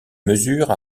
mesures